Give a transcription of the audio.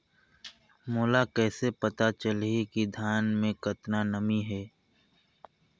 मोला कइसे पता चलही की धान मे कतका नमी हे?